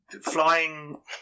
flying